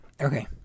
Okay